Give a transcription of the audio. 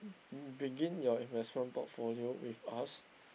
begin your investment portfolio with us